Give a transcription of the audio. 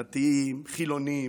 דתיים, חילונים,